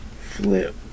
Flip